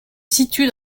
situe